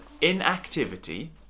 inactivity